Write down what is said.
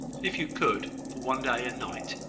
if you could, for one day and night,